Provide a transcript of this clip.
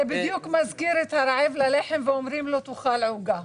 זה מזכיר את הרעב ללחם שאומרים לו לאכול עוגות.